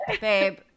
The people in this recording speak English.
Babe